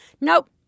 Nope